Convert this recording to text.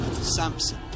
Samson